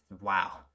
wow